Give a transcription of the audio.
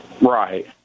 Right